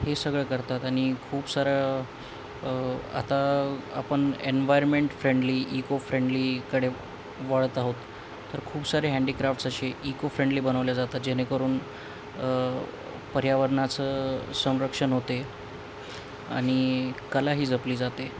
हे सगळं करतात आणि खूप सारं आता आपण एनव्हायर्मेंट फ्रेंडली इको फ्रेंडलीकडे वळत आहोत तर खूप सारे हँडीक्राफ्ट्स असे इको फ्रेंडली बनवल्या जातात जेणेकरून पर्यावरणाचं संरक्षण होते आणि कलाही जपली जाते